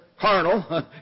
carnal